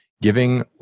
giving